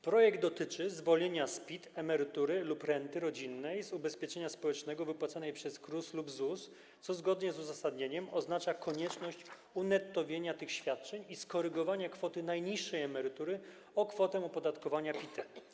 Projekt dotyczy zwolnienia z PIT emerytury lub renty rodzinnej z ubezpieczenia społecznego wypłacanej przez KRUS lub ZUS, co zgodnie z uzasadnieniem oznacza konieczność unettowienia tych świadczeń i skorygowania kwoty najniższej emerytury o kwotę opodatkowania PIT.